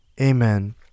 amen